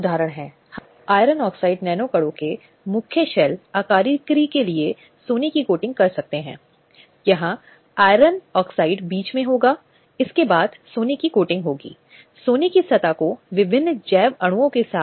वह आगे संगठन में किसी अन्य सहयोगियों के चुटकुले या मज़ाक की पात्र हो सकती है और इसलिए आपको निजता और गोपनीयता पर जोर देना चाहिए